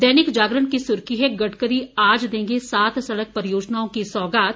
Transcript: दैनिक जागरण की सुर्खी है गडकरी आज देंगे सात सड़क परियोजनाओं की सौगात